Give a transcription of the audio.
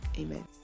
amen